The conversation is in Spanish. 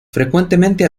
frecuentemente